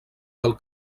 del